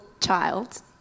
child